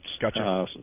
Gotcha